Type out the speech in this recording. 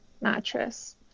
mattress